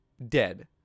dead